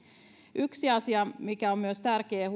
yksi asia mikä on myös tärkeää huomioida ja